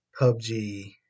PUBG